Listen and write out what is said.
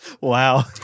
Wow